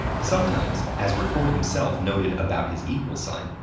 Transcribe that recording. sometimes, as recorde himself noted about his equals sign,